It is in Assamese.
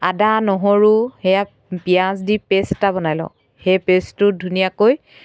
আদা নহৰু সেয়া পিঁয়াজ দি পে'ষ্ট এটা বনাই লওঁ সেই পে'ষ্টটোত ধুনীয়াকৈ